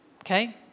okay